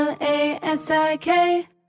L-A-S-I-K